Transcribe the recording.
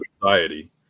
society